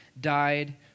died